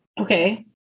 Okay